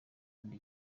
ndi